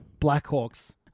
Blackhawks